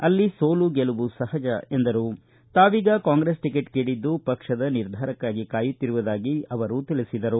ಅಲ್ಲಿ ಸೋಲು ಗೆಲುವು ಸಹಜ ಎಂದರು ತಾವೀಗ ಕಾಂಗ್ರೆಸ್ ಟಿಕೆಟ್ ಕೇಳಿದ್ದು ಪಕ್ಷದ ನಿರ್ಧಾರಕ್ಕಾಗಿ ಕಾಯುತ್ತಿರುವುದಾಗಿ ತಿಳಿಸಿದರು